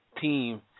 team